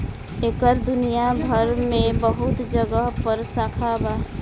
एकर दुनिया भर मे बहुत जगह पर शाखा बा